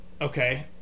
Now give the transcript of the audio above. Okay